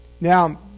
Now